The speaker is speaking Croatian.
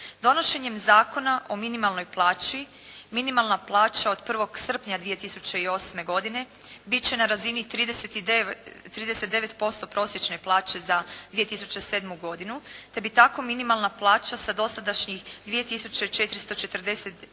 Donošenjem Zakona o minimalnoj plaći minimalna plaća od 1. srpnja 2008. godine bit će na razini 39% prosječne plaće za 2007. godinu te bi tako minimalna plaća sa dosadašnjih 2 tisuće